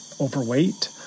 overweight